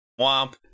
Womp